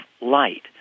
light